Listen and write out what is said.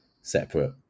separate